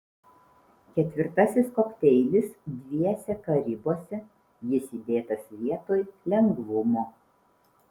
ketvirtasis kokteilis dviese karibuose jis įdėtas vietoj lengvumo